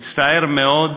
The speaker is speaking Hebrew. הצטער מאוד,